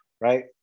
Right